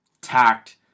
tact